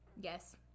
Yes